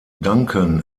duncan